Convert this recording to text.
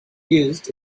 used